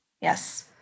Yes